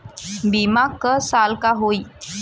बीमा क साल क होई?